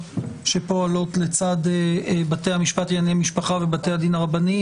שפועלות לצד בתי המשפט לענייני משפחה ובתי הדין הרבניים,